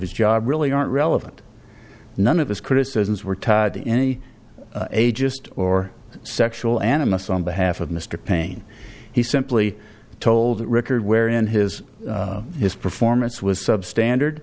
his job really aren't relevant none of his criticisms were tied to any a just or sexual animus on behalf of mr paine he simply told record where in his his performance was substandard